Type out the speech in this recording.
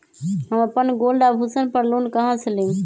हम अपन गोल्ड आभूषण पर लोन कहां से लेम?